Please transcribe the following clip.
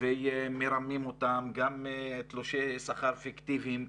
ומרמים אותם, גם תלושי שכר פיקטיביים.